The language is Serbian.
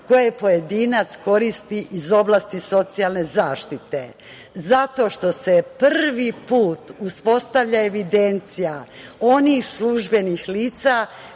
koje pojedinac koristi iz oblasti socijalne zaštite, zato što se prvi put uspostavlja evidencija onih službenih lica